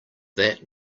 that